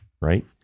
right